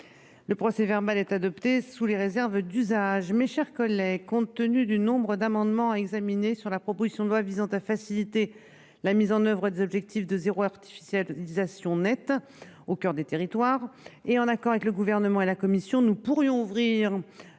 Le procès verbal est adoptée sous les réserves d'usage. Mes chers collègues, compte tenu du nombre d'amendements à examiner. Sur la proposition de loi visant à faciliter la mise en oeuvre des objectifs de 0 artificiel réalisation Net au coeur des territoires et en accord avec le gouvernement et la Commission nous pourrions ouvrir